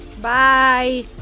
Bye